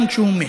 גם כשהוא מת.